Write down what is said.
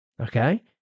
Okay